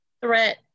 Threat